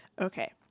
Okay